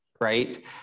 right